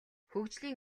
хөгжлийн